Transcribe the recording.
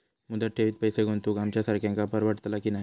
मुदत ठेवीत पैसे गुंतवक आमच्यासारख्यांका परवडतला की नाय?